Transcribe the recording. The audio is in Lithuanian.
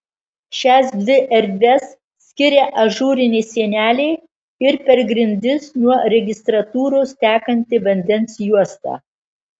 šias dvi erdves skiria ažūrinė sienelė ir per grindis nuo registratūros tekanti vandens juosta